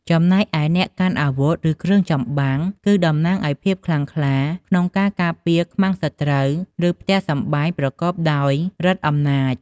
ចំណែកឯអ្នកកាន់អាវុធ ឬគ្រឿងចំបាំង គឺតំណាងឱ្យភាពខ្លាំងក្លាក្នុងការការពារខ្មាំងសត្រូវ ឬផ្ទះសម្បែងប្រកបដោយឫទ្ធិអំណាច ។